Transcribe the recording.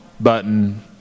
button